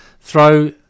throw